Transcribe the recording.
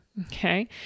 Okay